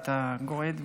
היא הייתה גוערת בך,